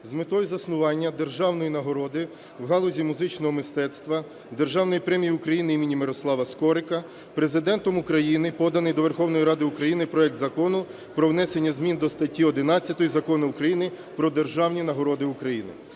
З метою заснування державної нагороди в галузі музичного мистецтва – Державної премії України імені Мирослава Скорика Президентом України поданий до Верховної Ради України проект Закону про внесення зміни до статті 11 Закону України "Про державні нагороди України".